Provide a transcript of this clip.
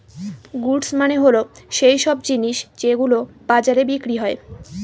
goods মানে হল সৈইসব জিনিস যেগুলো বাজারে বিক্রি হয়